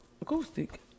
acoustic